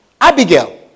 Abigail